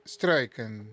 Struiken